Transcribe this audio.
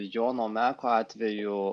jono meko atveju